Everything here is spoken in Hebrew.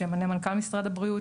שימנה מנכ"ל משרד הבריאות,